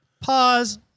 Pause